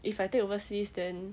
if I take overseas then